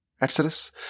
exodus